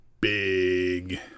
Big